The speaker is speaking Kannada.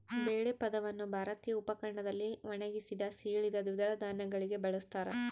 ಬೇಳೆ ಪದವನ್ನು ಭಾರತೀಯ ಉಪಖಂಡದಲ್ಲಿ ಒಣಗಿಸಿದ, ಸೀಳಿದ ದ್ವಿದಳ ಧಾನ್ಯಗಳಿಗೆ ಬಳಸ್ತಾರ